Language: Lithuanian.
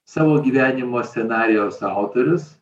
savo gyvenimo scenarijaus autorius